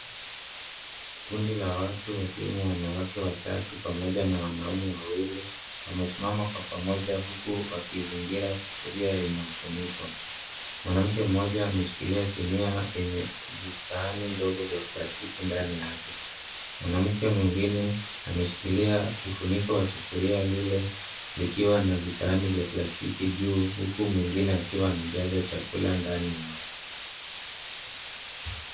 Kundi la watu wakiwa wanawake watatu pamoja na wanaume wawili wamesimama kwa pamoja huku wakiizingira sufuria yenye ufuniko. Mwanamke mmoja ameshikilia sinia yenye visahani ndogo vya plastiki ndani yake, mwanamke mwingine ameshikilia ufuniko wa sufuria lile likiwa na visahani vya plastiki juu huku mwingine akiwa anajaza chakula ndani yao.